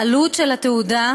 העלות של התעודה,